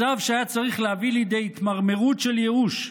מצב שהיה צריך להביא לידי התמרמרות של ייאוש,